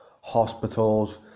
hospitals